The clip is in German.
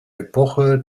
epoche